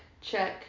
check